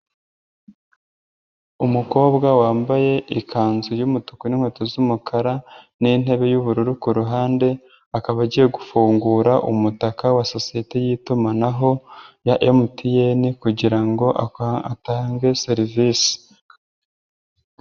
Umukobwa wambaye ikanzu y'umutuku n'inkweto z'umukara n'intebe y'ubururu ku ruhande, akaba agiye gufungura umutaka wa societe y'itumanaho ya MTN kugira ngo atange serivisi.